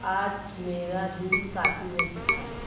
आज मेरा दिन काफ़ी व्यस्त था